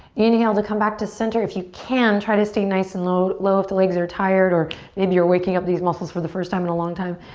inhale to come back to center. if you can, try to stay nice and low low if the legs are tired or if you're waking up these muscles for the first time in a long time,